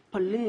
המטופלים,